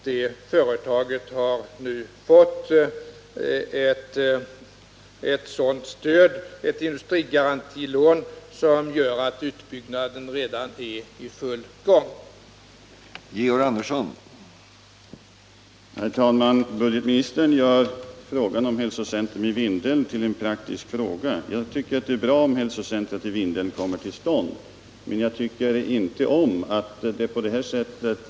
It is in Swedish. Detta företag har nu fått sådant stöd i form av ett industrigarantilån, vilket medfört att utbyggnaden redan är i full gång.